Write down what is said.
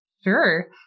Sure